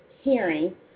hearing